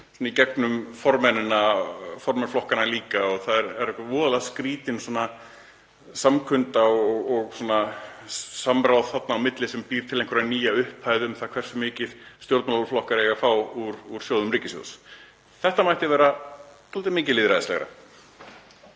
í gegnum formenn flokkanna. Það er voðalega skrýtin samkunda og samráð þar á milli sem býr til einhverja nýja upphæð varðandi hversu mikið stjórnmálaflokkar eiga að fá úr sjóðum ríkissjóðs. Þetta mætti vera dálítið mikið lýðræðislegra.